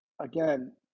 again